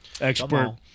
expert